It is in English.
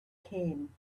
came